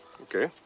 Okay